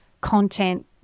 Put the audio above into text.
content